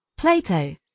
Plato